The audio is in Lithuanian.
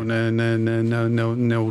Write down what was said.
ne ne ne ne ne neu